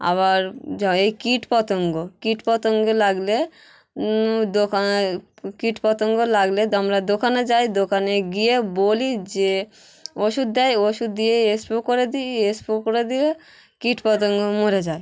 আবার জ এই কীটপতঙ্গ কীটপতঙ্গ লাগলে দোকা এ কীটপতঙ্গ লাগলে আমরা দোকানে যাই দোকানে গিয়ে বলি যে ওষুদ দেয় ওষুধ দিয়ে স্প্রে করে দিই স্প্রে করে দিয়ে কীটপতঙ্গ মরে যায়